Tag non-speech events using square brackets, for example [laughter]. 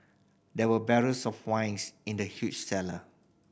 there were barrels of wine [unintelligible] in the huge cellar